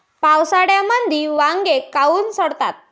पावसाळ्यामंदी वांगे काऊन सडतात?